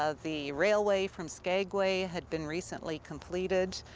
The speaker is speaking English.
ah the railway from skagway had been recently completed.